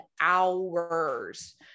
hours